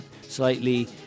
slightly